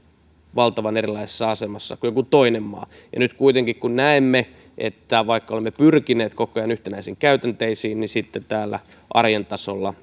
valtavan erilaisessa asemassa kuin jokin toinen maa nyt kuitenkin näemme että vaikka olemme pyrkineet koko ajan yhtenäisiin käytänteisiin niin sitten arjen tasolla